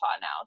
now